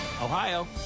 Ohio